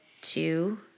two